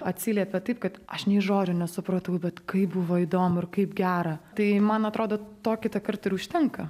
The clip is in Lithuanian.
atsiliepė taip kad aš nė žodžio nesupratau bet kaip buvo įdomu ir kaip gera tai man atrodo to kitąkart ir užtenka